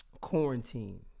quarantine